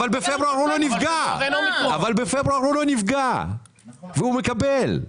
אבל בפברואר הוא לא נפגע והוא מקבל.